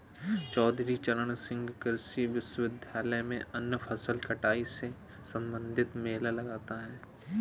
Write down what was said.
चौधरी चरण सिंह कृषि विश्वविद्यालय में अन्य फसल कटाई से संबंधित मेला लगता है